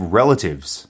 relatives